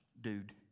dude